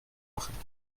machen